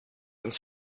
uns